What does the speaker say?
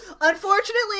Unfortunately